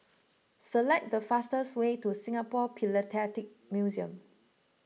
select the fastest way to Singapore Philatelic Museum